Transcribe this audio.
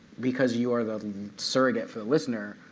because you are the surrogate for the listener,